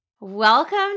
Welcome